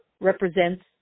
represents